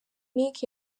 nic